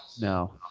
No